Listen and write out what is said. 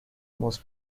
most